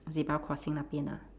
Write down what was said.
zebra crossing 那边 ah